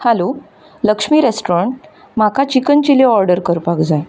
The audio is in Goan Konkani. हॅलो लक्ष्मी रेस्टॉरंट म्हाका चिकन चिली ऑर्डर करपाक जाय